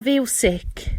fiwsig